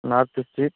north street